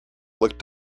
looked